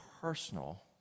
personal